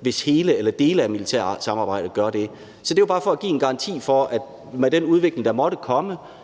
hvorvidt hele eller dele af det militære samarbejde gør det. Så det er bare for at sikre, at med den udvikling, der måtte ske,